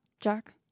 Jack